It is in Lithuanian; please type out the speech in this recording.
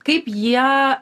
kaip jie